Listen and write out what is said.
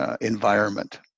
environment